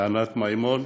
ענת מימון,